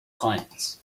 clients